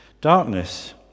Darkness